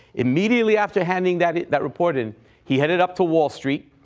immediately after handing that that report in, he headed up to wall street.